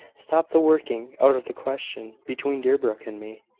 stop the working out of the question between deerbrook and me.